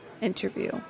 interview